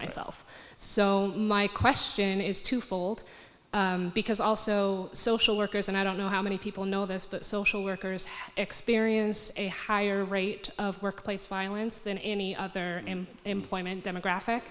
myself so my question is twofold because also social workers and i don't know how many people know this but social workers have experienced a higher rate of workplace violence than any other employment demographic